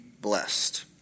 blessed